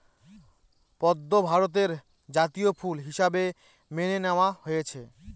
পদ্ম ভারতের জাতীয় ফুল হিসাবে মেনে নেওয়া হয়েছে